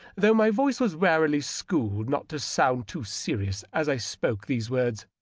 though my voice was warily schooled not to sound too serious as i spoke these words.